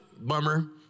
Bummer